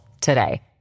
today